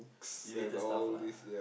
related stuff lah